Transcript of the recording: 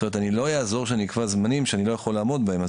לא יעזור שאני אקבע זמנים שאני לא יכול לעמוד בהם.